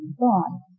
thought